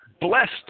blessed